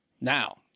Now